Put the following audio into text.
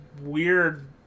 weird